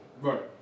Right